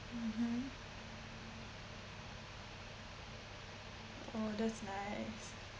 mmhmm oh that's nice